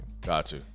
Gotcha